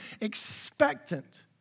expectant